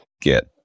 get